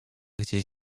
gdzieś